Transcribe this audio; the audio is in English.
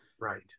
Right